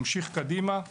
נמשיך קדימה.